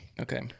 Okay